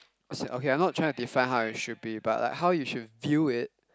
as in okay I'm not trying to define how it should be but how you should feel it